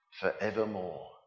forevermore